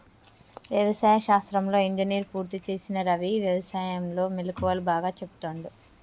వ్యవసాయ శాస్త్రంలో ఇంజనీర్ పూర్తి చేసిన రవి వ్యసాయం లో మెళుకువలు బాగా చెపుతుండు